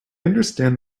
understand